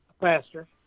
pastor